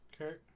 Okay